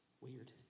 weird